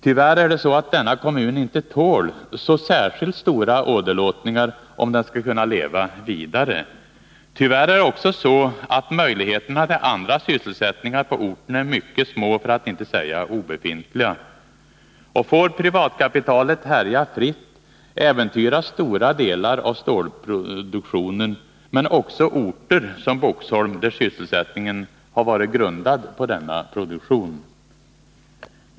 Tyvärr är det så att denna kommun inte tål så särskilt stora åderlåtningar om den skall kunna leva vidare. Tyvärr är det också så att möjligheterna till andra sysselsättningar på orten är mycket små, för att inte säga obefintliga. Får privatkapitalet härja fritt äventyras stora delar av stålproduktionen men också orter som Boxholm där sysselsättningen varit grundad på denna produktion.